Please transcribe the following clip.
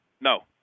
No